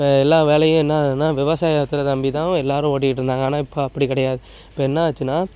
எல்லா வேலையும் என்ன என்ன விவசாயத்தை நம்பி தான் எல்லாரும் ஓடிக்கிட்டு இருந்தாங்க ஆனால் இப்போ அப்படி கிடையாது இப்போ என்ன ஆச்சுன்னா